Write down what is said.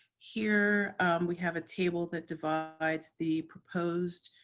here we have a table that divides the proposed.